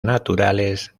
naturales